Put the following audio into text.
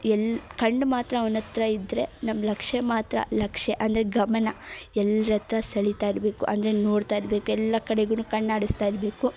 ಎಲ್ಲ ಕಣ್ಣು ಮಾತ್ರ ಅವ್ನ ಹತ್ರ ಇದ್ದರೆ ನಮ್ಮ ಲಕ್ಷ್ಯ ಮಾತ್ರ ಲಕ್ಷ್ಯ ಅಂದರೆ ಗಮನ ಎಲ್ರ ಹತ್ರ ಸೆಳಿತಾ ಇರಬೇಕು ಅಂದರೆ ನೋಡ್ತಾ ಇರ್ಬೇಕು ಎಲ್ಲ ಕಡೆಗೂ ಕಣ್ಣಾಡಿಸ್ತಾ ಇರಬೇಕು